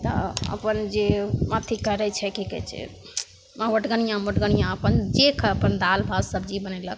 तऽ अपन जे अथी करै छै कि कहै छै हँ ओठगनिआमे ओठगनिआमे अपन जे खा दालि भात सबजी अपन बनेलक